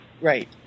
Right